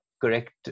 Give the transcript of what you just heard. correct